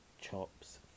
chops